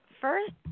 first –